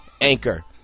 Anchor